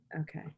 okay